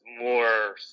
more